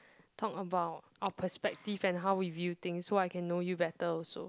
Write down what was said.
talk about our perspective and how we view thing so I can know you better also